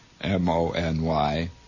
M-O-N-Y